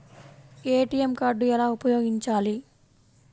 ATM card ఎలా ఉపయోగించాలి?